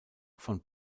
von